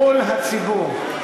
מול הציבור.